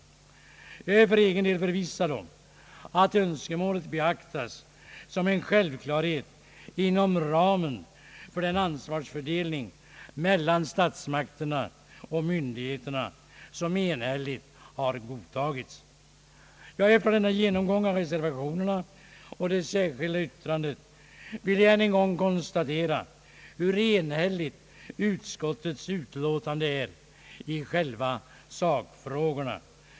Därför är jag för egen del förvissad om att önskemålet beaktas som en självklarhet inom ramen för den an svarsfördelning mellan statsmakterna och myndigheterna som enhälligt godtagits. Efter denna genomgång av reservationerna och det särskilda yttrandet vill jag än en gång konstatera hur enhälligt utskottets utlåtande är i sakfrågorna.